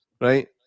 Right